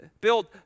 Build